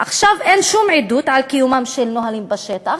אין שום עדות על קיומם של נהלים בשטח.